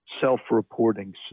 self-reporting